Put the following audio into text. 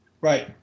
Right